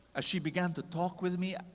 as she began to talk with me,